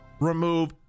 remove